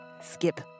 skip